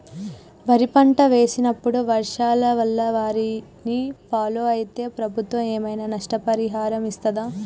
వరి పంట వేసినప్పుడు వర్షాల వల్ల వారిని ఫాలో అయితే ప్రభుత్వం ఏమైనా నష్టపరిహారం ఇస్తదా?